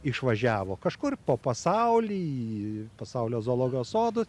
išvažiavo kažkur po pasaulį į pasaulio zoologijos sodus